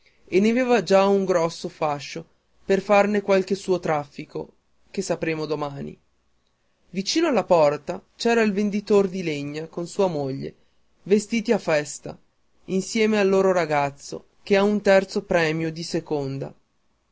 e n'aveva già un grosso fascio per farne qualche suo traffico che sapremo domani vicino alla porta c'era il venditor di legna con sua moglie vestiti a festa insieme al loro ragazzo che ha un terzo premio di seconda